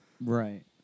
Right